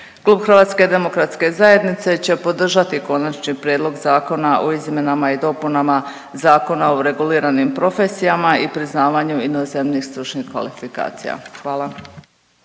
Klub HDZ-a će podržati Konačni prijedlog Zakona o Izmjenama i dopunama Zakona o reguliranim profesijama i priznavanju inozemnih stručnih kvalifikacija. Hvala.